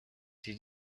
did